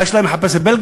מה יש להם לחפש בבלגיה?